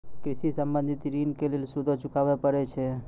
कृषि संबंधी ॠण के लेल सूदो चुकावे पड़त छै?